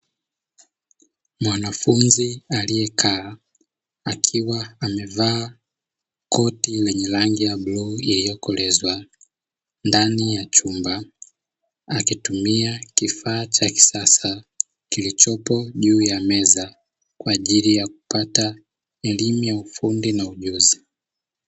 Mwanafunzi aliyekaa akiwa amevaa koti lenye rangi ya bluu iliyokolezwa ndani ya chumba, akitumia kuvaa cha kisasa kilichopo juu ya meza kwa ajili ya kupata elimu ya ufundi na ujuzi.